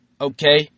okay